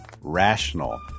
rational